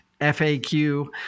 FAQ